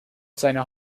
seiner